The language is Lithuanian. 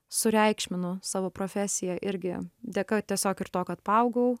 sureikšminu savo profesiją irgi dėka tiesiog ir to kad paaugau